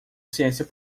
ciência